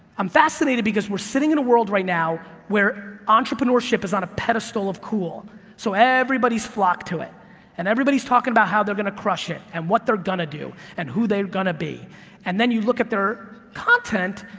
i'm fascinated because we're sitting in a world right now where entrepreneurship is on a pedestal of cool, and so everybody is flocked to it and everybody is talking about how they're gonna crush and what they're gonna do and who they're gonna be and then you look at their content,